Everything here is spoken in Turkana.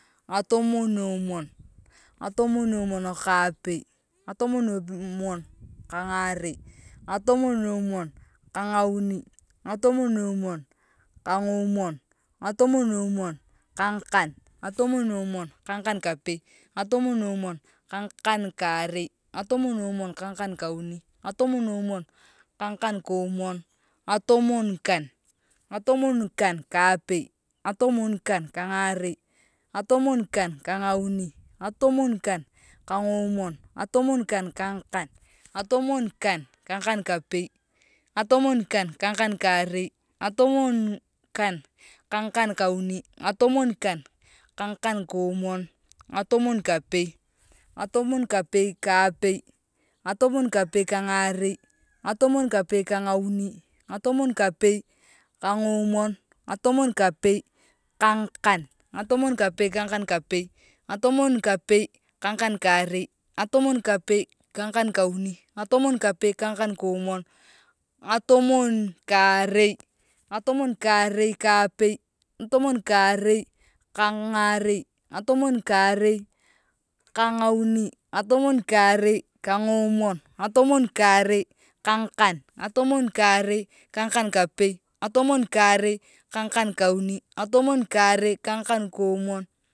Ngatomoon omon ka apei ngatomom omon ka angou ngatomoon omwon ka ngauni ngatomwonomon ka ngomwon ngatomonmwon ka ngakan ngatomonmwon ka ngakankapei ngatomwonmon ka ngakankarei ngatomon nmwon ka ngakan kauni ngatomwonmwon ka nyakankonmwon ngatomwon kapei ngatomwon kapei ka apei ngatomwon kapei ka ngarei ngatomwonkapei ka ngauni ngatomwon kapei ka ngamwon ngatomwon kapei ka ngakan ngatomwonkapei ka ngakankapei ngatomwon kapei ka ngakan karei ngatamwon kapei ka ngakan kauni ngatomwon kapei ka ngakan komwon ngatomwon karei ngatomwon karei ka apei ngatomwon karei ka ngarei ngatomwon karei ka ngauni ngatomwon karei ka ngomwon ngatomwon karei ka ngakan ngatemwon karei ke ngakan karei ngatomwon karei ngakan kauni ngatomwon karei ka ngakan kwoomon.